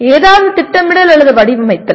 ஏதாவது திட்டமிடல் அல்லது வடிவமைத்தல்